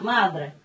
Madre